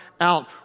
out